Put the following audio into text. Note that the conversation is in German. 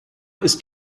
ist